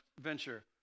venture